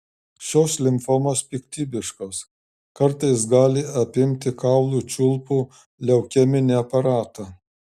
šios limfomos piktybiškos kartais gali apimti kaulų čiulpų leukeminį aparatą